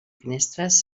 finestres